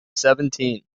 seventeen